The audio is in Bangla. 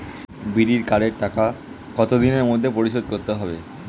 বিড়ির কার্ডের টাকা কত দিনের মধ্যে পরিশোধ করতে হবে?